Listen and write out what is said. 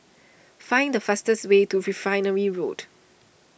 find the fastest way to Refinery Road